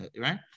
Right